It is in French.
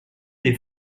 des